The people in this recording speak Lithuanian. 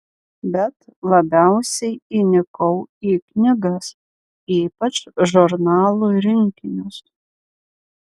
bet labiausiai įnikau į knygas ypač žurnalų rinkinius